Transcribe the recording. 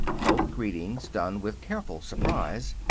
both greetings done with careful surprise.